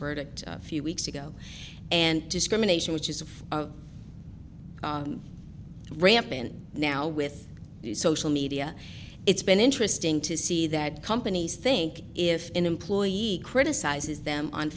verdict a few weeks ago and discrimination which is rampant now with social media it's been interesting to see that companies think if an employee criticizes them on